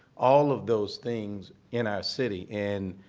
all of those things in our city. and